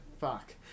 fuck